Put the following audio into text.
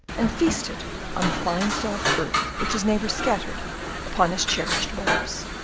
and feasted on the fine soft earth which his neighbour scattered upon his cherished bulbs.